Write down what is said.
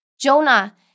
Jonah